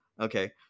Okay